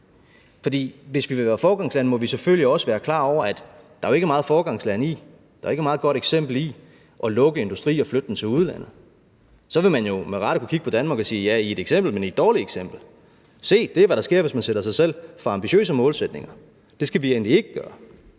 hvis vi vil være foregangsland, må vi selvfølgelig også være klar over, at der jo ikke er meget foregangsland og et godt eksempel i at lukke industri og flytte den til udlandet. Så ville man med rette kunne kigge på Danmark og sige: Ja, I er et eksempel, men I er et dårligt eksempel. Se, det er, hvad der sker, hvis man sætter sig for ambitiøse målsætninger! Det skal vi endelig ikke gøre.